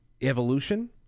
evolution